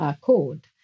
code